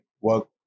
work